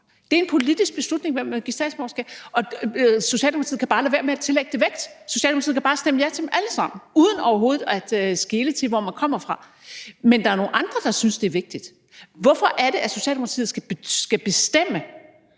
Det er en politisk beslutning, hvem man vil give statsborgerskab. Socialdemokratiet kan bare lade være med at tillægge det vægt; Socialdemokratiet kan bare stemme ja til dem alle sammen uden overhovedet at skele til, hvor de kommer fra. Men der er nogle andre, der synes, det er vigtigt. Hvorfor er det, at Socialdemokratiet skal bestemme,